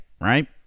Right